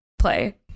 play